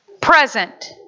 Present